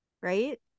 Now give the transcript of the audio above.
right